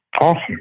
Awesome